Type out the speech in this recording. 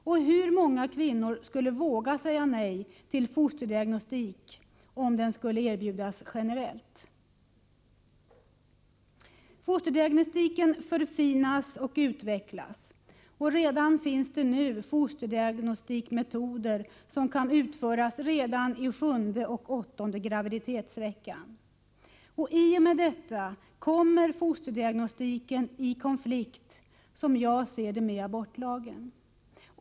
Och hur många kvinnor vågar säga nej till fosterdiagnostik om den skulle erbjudas generellt? Fosterdiagnostiken förfinas och utvecklas, och redan nu finns det metoder för fosterdiagnostik som kan användas redan i sjunde eller åttonde graviditetsveckan. I och med detta kommer fosterdiagnostiken — som jag ser det — i konflikt med abortlagen.